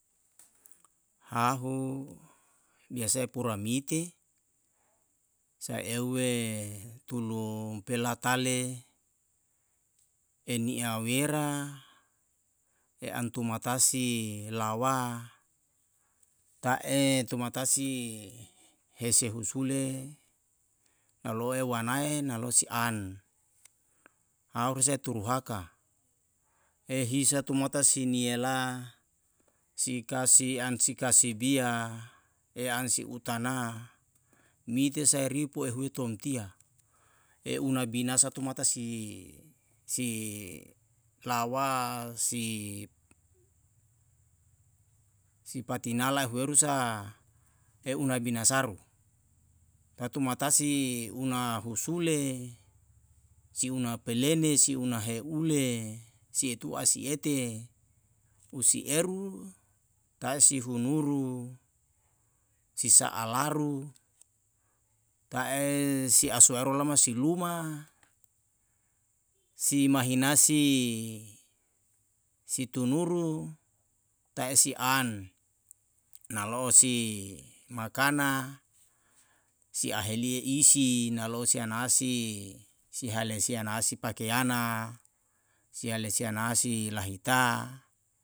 Hahu biasae pura mite sae euwe tunu pela tale eni a wera e an tumata si lawa ta'e tumata si hese husule nalo e uanae nalo si an. hau risa e turu haka hehisa tumata si niela si kasi an si kasibia e an si utana mite sae ripo ehue tontia, e una binasa tumata si lawa si patinala ehu eru sa e una binasaru. pae tumata si una husule si una pelene si una heule si etu a si ete usi eru tae si hunuru si sa'a laru ta'e si a suaeru olama si luma si mahina si tunuru ta'e si an, nalo'o si makana si ahelie isi nalo si anasi si hale si anasi pakeana si hale si anasi lahita